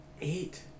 Eight